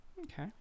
Okay